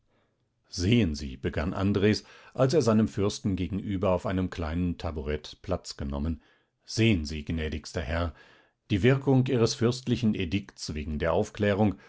sehen sie begann andres als er seinem fürsten gegenüber auf einem kleinen taburett platz genommen sehen sie gnädigster herr die wirkung ihres fürstlichen edikts wegen der aufklärung